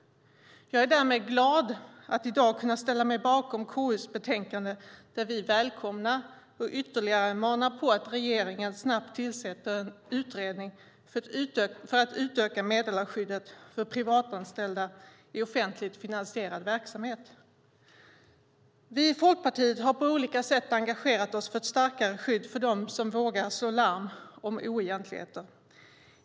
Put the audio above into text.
Jag är därmed glad över att i dag kunna ställa mig bakom förslaget i KU:s betänkande där vi välkomnar, och ytterligare manar på, att regeringen snabbt tillsätter en utredning för att utöka meddelarskyddet för privatanställda i offentligt finansierad verksamhet. Vi i Folkpartiet har på olika sätt engagerat oss för ett starkare skydd för dem som vågar slå larm om oegentligheter.